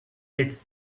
its